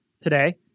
today